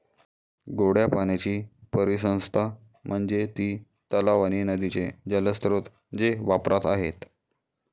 गोड्या पाण्याची परिसंस्था म्हणजे ती तलाव आणि नदीचे जलस्रोत जे वापरात आहेत